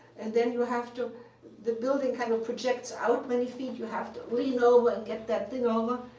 and then you have to the building kind of projects out many feet you have to lean over and get that thing over.